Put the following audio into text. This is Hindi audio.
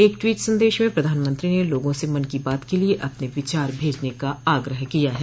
एक ट्वीट संदेश में प्रधानमंत्री ने लोगों से मन की बात के लिए अपने विचार भेजने का आग्रह किया है